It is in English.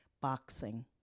boxing